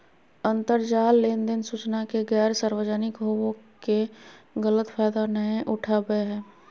अंतरजाल लेनदेन सूचना के गैर सार्वजनिक होबो के गलत फायदा नयय उठाबैय हइ